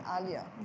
earlier